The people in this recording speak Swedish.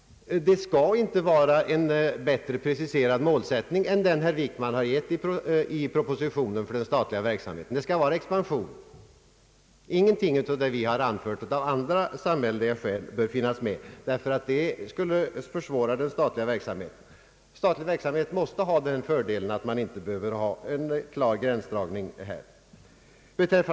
Det skall inte vara en bättre preciserad målsättning för den statliga verksamheten än den herr Wickman har givit i propositionen. Det skall vara »expansion». Ingenting av vad vi har anfört av andra samhälleliga skäl bör finnas med, därför att det skulle försvåra den statliga verksamheten. Statlig verksamhet måste ha den fördelen att man inte behöver någon klar gränsdragning.